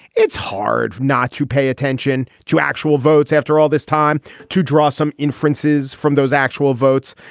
it's hard not to pay attention to actual votes after all this time to draw some inferences from those actual votes.